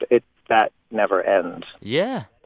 it that never ends yeah.